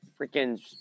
freaking